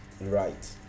right